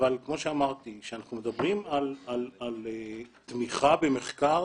אבל כמו שאמרתי, כשאנחנו מדברים על תמיכה במחקר